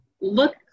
look